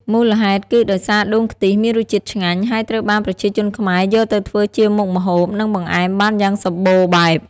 មូលហេតុគឺដោយសារដូងខ្ទិះមានរសជាតិឆ្ងាញ់ ហើយត្រូវបានប្រជាជនខ្មែរយកទៅធ្វើជាមុខម្ហូប និងបង្អែមបានយ៉ាងសម្បូរបែប។